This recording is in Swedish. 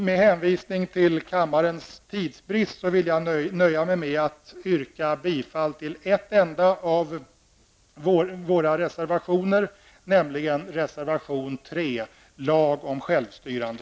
Med hänvisning till kammarens tidsbrist nöjer jag mig med att yrka bifall till en enda av våra reservationer, nämligen reservation 3,